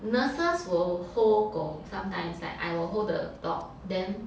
nurses will hold 狗 sometimes like I will hold the dog then